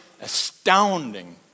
astounding